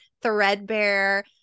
threadbare